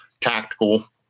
tactical